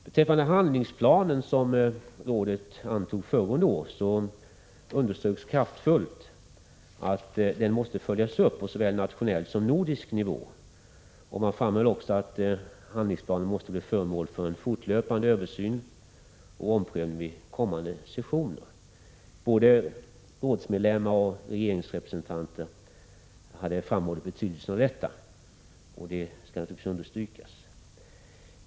Beträffande handlingsplanen som rådet antog föregående år underströks kraftfullt att den måste följas upp på såväl nationell som nordisk nivå. Man framhöll också att handlingsplanen måste bli föremål för en fortlöpande översyn och omprövning vid kommande sessioner. Både rådsmedlemmar och regeringsrepresentanter hade framhållit betydelsen av detta, och det skall givetvis understrykas.